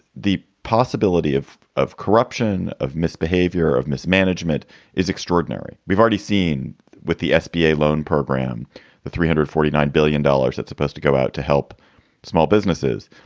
the possibility of of corruption, of misbehavior, of mismanagement is extraordinary. we've already seen with the sba loan program the three hundred and forty nine billion dollars that's supposed to go out to help small businesses.